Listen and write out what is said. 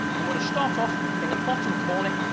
i'm going to start off in the bottom corner,